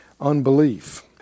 Unbelief